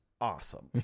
awesome